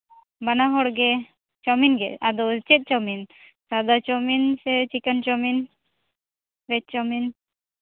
ᱵᱟᱱᱟᱼᱦᱚᱲᱜᱮ chowmein ᱜᱮ ᱟᱫᱚ ᱪᱮᱫ ᱪᱟᱣᱢᱤᱱ ᱟᱫᱟ ᱪᱟᱣᱢᱤᱱ ᱥᱮ ᱪᱤᱠᱮᱱ ᱪᱟᱣᱢᱤᱱ ᱵᱷᱮᱡᱽ ᱪᱟᱣᱢᱤᱱ